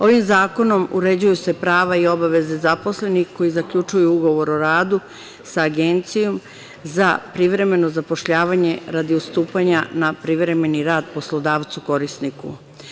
Ovim zakonom uređuju se prava i obaveze zaposlenih koji zaključuju ugovor o radu sa agencijom za privremeno zapošljavanje radi stupanja na privremeni rad poslodavcu korisniku.